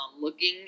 looking